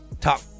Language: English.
talk